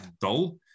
dull